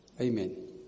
Amen